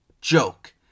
joke